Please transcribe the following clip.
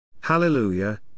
Hallelujah